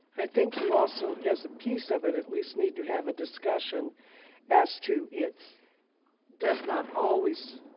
i think you also, as a piece of it, at least need to have a discussion as to it does not always,